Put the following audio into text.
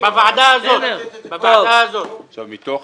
מתוך